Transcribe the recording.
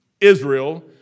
Israel